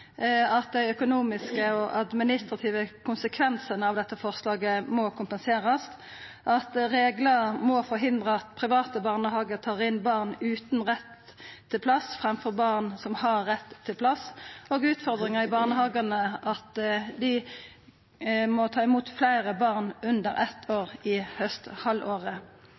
at dei økonomiske og administrative konsekvensane av dette forslaget må kompenserast, at reglar må forhindra at private barnehagar tar inn barn utan rett til plass framfor barn som har rett til plass, og utfordringane i barnehagane dersom dei må ta imot fleire barn under eitt år i